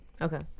okay